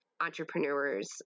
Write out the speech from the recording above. entrepreneurs